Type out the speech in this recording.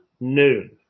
noon